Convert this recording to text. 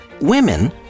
Women